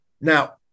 Now